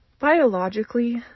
Biologically